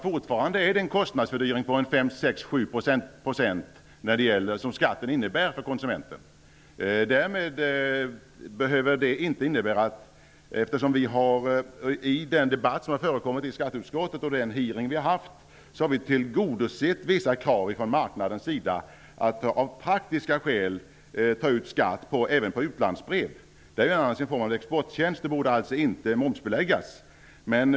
Skatten innebär en kostnadsfördyring på 5--7 % för konsumenterna. Efter den debatt som har varit i skatteutskottet och den hearing vi har haft har vi tillgodosett vissa krav från marknaden. Av praktiska skäl tar vi ut skatt även på utlandsbrev. Det är annars en form av exporttjänst och borde inte momsbeläggas.